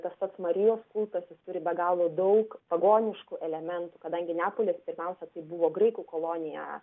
tas pats marijos kultas jis turi be galo daug pagoniškų elementų kadangi neapolis pirmiausia tai buvo graikų kolonija